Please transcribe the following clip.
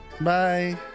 Bye